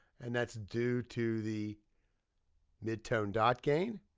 and that's due to the mid-tone dot gain.